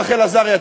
רחל עזריה,